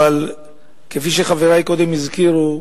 אבל כפי שחברי קודם הזכירו,